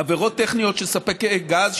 עבירות טכניות של ספקי גז,